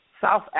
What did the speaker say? South